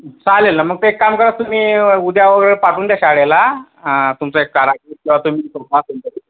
चालेल ना मग ते एक काम करा तुम्ही उद्या वगैरे पाठवून द्या शाळेला तुमचा एक कारागीर किंवा तुम्ही स्वतः कुणीतरी